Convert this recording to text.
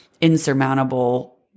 insurmountable